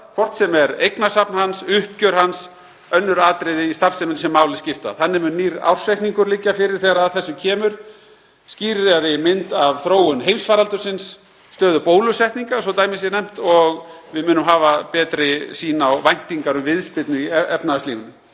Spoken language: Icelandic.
hvort sem er eignasafn hans, uppgjör hans, önnur atriði í starfseminni sem máli skipta. Þannig mun nýr ársreikningur liggja fyrir þegar að þessu kemur, skýrari mynd af þróun heimsfaraldursins, stöðu bólusetninga svo dæmi sé nefnt, og við munum hafa betri sýn á væntingar um viðspyrnu í efnahagslífinu.